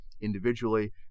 individually